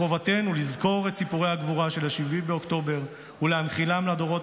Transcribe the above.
מחובתנו לזכור את סיפורי הגבורה של 7 באוקטובר ולהנחילם לדורות